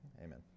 Amen